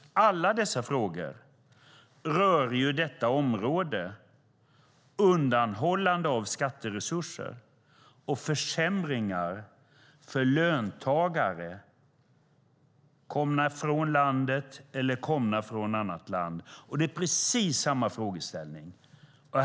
Alla dessa frågor rör detta område: undanhållande av skatteresurser och försämringar för löntagare, komna från landet eller komna från annat land. Det är precis samma frågeställning.